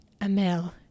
Amel